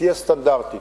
שתהיה סטנדרטית,